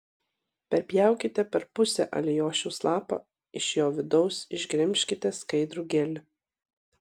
perpjaukite per pusę alijošiaus lapą iš jo vidaus išgremžkite skaidrų gelį